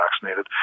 vaccinated